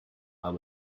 are